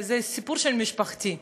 זה הסיפור של משפחתי.